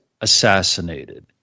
assassinated